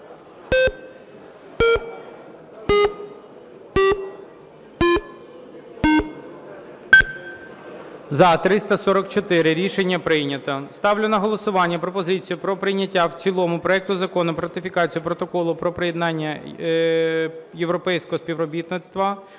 За-344 Рішення прийнято. Ставлю на голосування пропозицію про прийняття в цілому проекту Закону про ратифікацію Протоколу про приєднання Європейського Співтовариства